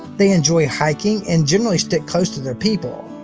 they enjoy hiking and generally stick close to their people.